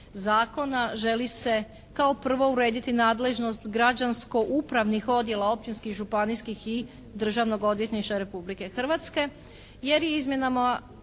zakona želi se kao prvo urediti nadležnost građansko-upravnih odjela općinskih, županijskih i Državnog odvjetništva Republike Hrvatske. jer je izmjenama